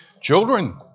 Children